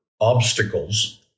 obstacles